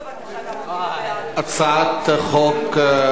מסדר-היום את הצעת חוק גמול לחיילים בשירות סדיר,